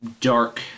dark